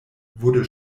wurde